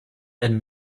and